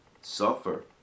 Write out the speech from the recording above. suffer